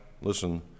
listen